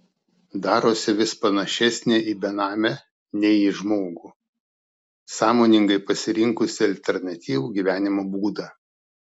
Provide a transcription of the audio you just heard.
darosi vis panašesnė į benamę nei į žmogų sąmoningai pasirinkusį alternatyvų gyvenimo būdą